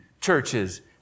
churches